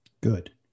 Good